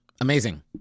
Amazing